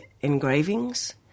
engravings